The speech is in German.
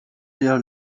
der